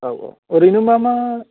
औ औ ओरैनो मा मा